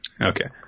Okay